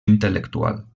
intel·lectual